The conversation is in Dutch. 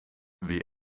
wie